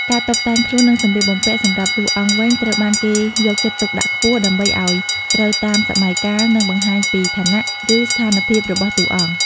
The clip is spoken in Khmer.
ការតុបតែងខ្លួននិងសម្លៀកបំពាក់សម្រាប់តួអង្គវិញត្រូវបានគេយកចិត្តទុកដាក់ខ្ពស់ ដើម្បីឱ្យត្រូវតាមសម័យកាល និងបង្ហាញពីឋានៈ ឬស្ថានភាពរបស់តួអង្គ ។